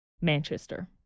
Manchester